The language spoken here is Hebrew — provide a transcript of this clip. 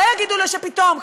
לא יגידו לו שפתאום,